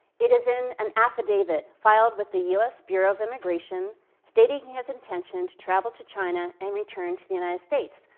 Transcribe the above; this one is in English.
it is an affidavit filed with the u s. bureau of immigration stating his intention to travel to china and return to the united states.